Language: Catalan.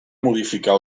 modificar